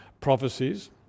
prophecies